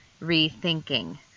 rethinking